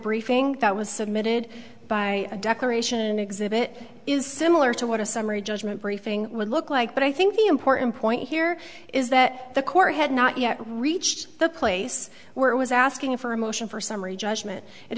briefing that was submitted by a decoration exhibit is similar to what a summary judgment briefing would look like but i think the important point here is that the court had not yet reached the place where it was asking for a motion for s